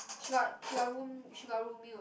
she got she got room she got roomie also